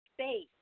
space